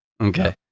okay